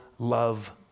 love